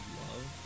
love